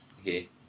okay